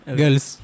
girls